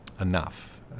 enough